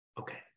Okay